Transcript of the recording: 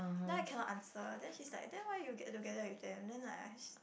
now I cannot answer then she's like then why you get together with them then I